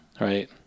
right